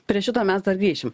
prie šito mes dar grįšim